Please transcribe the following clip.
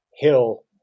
Hill